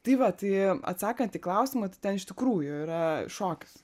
tai vat tai atsakant į klausimą tai ten iš tikrųjų yra šokis